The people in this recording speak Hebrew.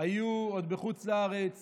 עוד בחוץ לארץ